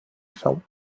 felt